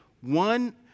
one